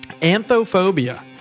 Anthophobia